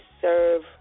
serve